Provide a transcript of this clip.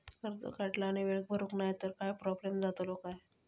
कर्ज काढला आणि वेळेत भरुक नाय तर काय प्रोब्लेम जातलो काय?